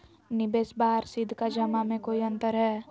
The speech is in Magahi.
निबेसबा आर सीधका जमा मे कोइ अंतर हय?